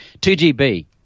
2GB